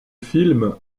film